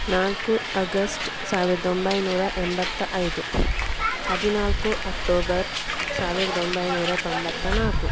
ನಾಲ್ಕು ಅಗಸ್ಟ್ ಸಾವಿರದ ಒಂಬೈನೂರ ಎಂಬತ್ತ ಐದು ಹದಿನಾಲ್ಕು ಅಕ್ಟೋಬರ್ ಸಾವಿರದ ಒಂಬೈನೂರ ತೊಂಬತ್ತ ನಾಲ್ಕು